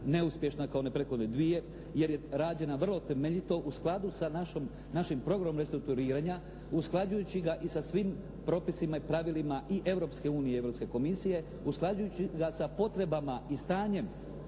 neuspješna kao one prethodne dvije jer je rađena vrlo temeljito u skladu sa našim programom restrukturiranja usklađujući ga i sa svim propisima i pravilima i Europske unije i Europske komisije, usklađujući ga sa potrebama i stanjem